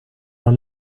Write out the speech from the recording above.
los